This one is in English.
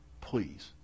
please